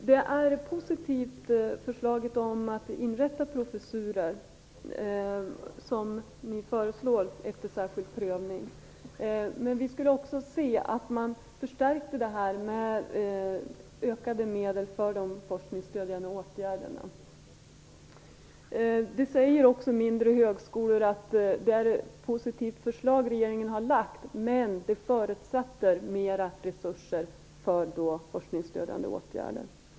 Herr talman! Förslaget om att efter särskild prövning inrätta professurer är positivt. Men vi skulle också gärna se att man förstärkte detta med ökade medel för de forskningsstödjande åtgärderna. De mindre högskolorna tycker också att regeringens förslag är positivt, men det förutsätter mer resurser för forskningsstödjande åtgärder.